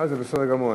זה בסדר גמור.